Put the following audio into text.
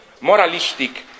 moralistic